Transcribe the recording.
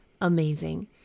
Amazing